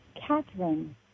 Catherine